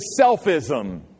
selfism